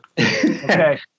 Okay